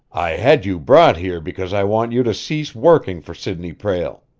i had you brought here because i want you to cease working for sidney prale.